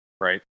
right